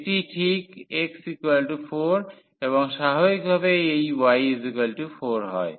এটি ঠিক x4 এবং স্বাভাবিকভাবে এই y4 হয়